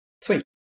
sweet